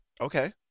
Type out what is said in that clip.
Okay